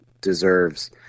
deserves